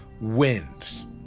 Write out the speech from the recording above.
wins